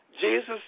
Jesus